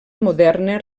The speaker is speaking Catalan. moderna